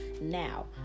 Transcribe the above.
now